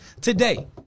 today